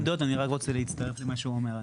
מבחינת עמדות, אני רק רוצה להצטרף למה שהוא אומר.